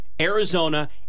Arizona